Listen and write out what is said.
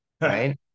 right